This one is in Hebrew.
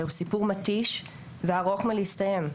זהו סיפור מתיש וארוך מלהסתיים.